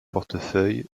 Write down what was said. portefeuille